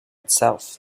itself